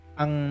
ang